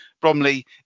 Bromley